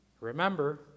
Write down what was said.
Remember